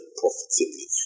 profitably